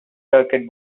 circuit